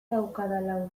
daukadala